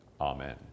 Amen